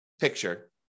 picture